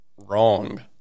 wrong